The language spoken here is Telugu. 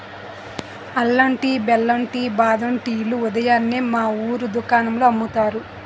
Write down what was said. అల్లం టీ, బెల్లం టీ, బాదం టీ లు ఉదయాన్నే మా వూరు దుకాణాల్లో అమ్ముతారు